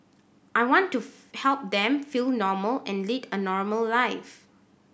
I want to help them feel normal and lead a normal life